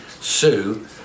Sue